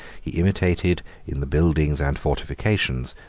he imitated, in the buildings and fortifications,